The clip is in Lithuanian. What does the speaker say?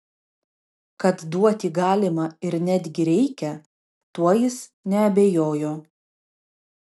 kad duoti galima ir netgi reikia tuo jis neabejojo